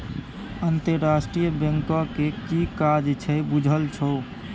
अंतरराष्ट्रीय बैंकक कि काज छै बुझल छौ?